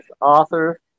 author